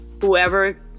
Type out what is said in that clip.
whoever